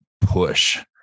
push